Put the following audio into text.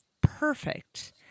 perfect